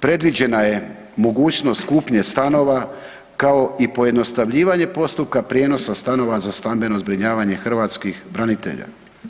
predviđena je mogućnost kupnje stanova kao i pojednostavljivanje postupka prijenosa stanova za stambeno zbrinjavanje hrvatskih branitelja.